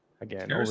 again